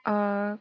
err